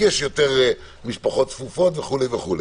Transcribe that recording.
כי יש יותר משפחות צפופות וכו'.